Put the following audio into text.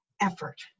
effort